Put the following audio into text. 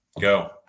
Go